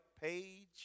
page